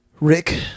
Rick